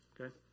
okay